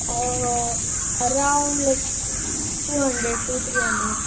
around like two hundred to three hundred